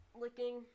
Licking